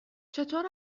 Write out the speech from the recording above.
چطور